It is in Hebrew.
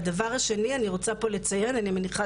והדבר השני אני רוצה פה לציין אני מניחה